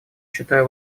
считаю